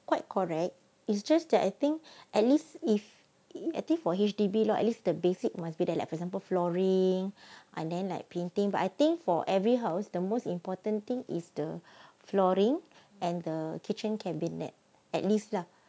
quite correct it's just that I think at least if active for H_D_B lor at least the basic must be there like for example flooring and then like painting but I think for every house the most important thing is the flooring and the kitchen cabinet at least lah